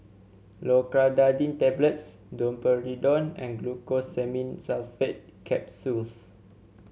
Loratadine Tablets Domperidone and Glucosamine Sulfate Capsules